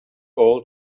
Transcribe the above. all